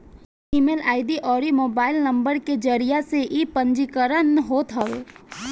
email ID अउरी mobile number के जरिया से इ पंजीकरण होत हवे